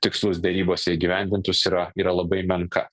tikslus derybose įgyvendintus yra yra labai menka